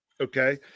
Okay